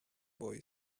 boy